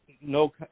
no